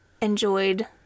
enjoyed